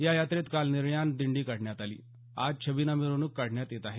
या यात्रेत काल निर्याण दिंडी काढण्यात आली आज छबिना मिरवणूक काढण्यात येत आहे